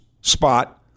spot